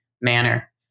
manner